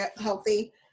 healthy